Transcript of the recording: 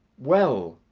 well.